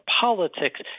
politics